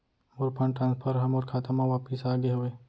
मोर fund transfer हा मोर खाता मा वापिस आ गे हवे